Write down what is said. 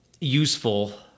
useful